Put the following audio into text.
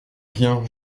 rien